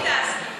הוא מולטי-טסקינג.